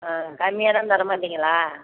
ஆ கம்மியாகலாம் தரமாட்டிங்களா